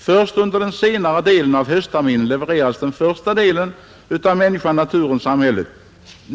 Först under den senare delen av höstterminen levererades första delen av M.N.S.